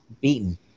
beaten